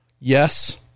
Yes